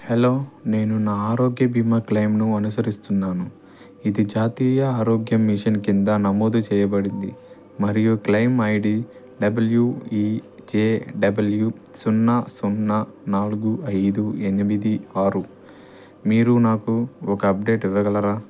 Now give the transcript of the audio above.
hello నేను నా ఆరోగ్య బీమా క్లెయిమ్ను అనుసరిస్తున్నాను ఇది జాతీయ ఆరోగ్య మిషన్ కింద నమోదు చేయబడింది మరియు claim I D W E J W సున్నా సున్నా నాలుగు ఐదు ఎనిమిది ఆరు మీరు నాకు ఒక అప్డేట్ ఇవ్వగలరా